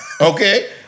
Okay